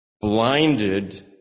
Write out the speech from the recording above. blinded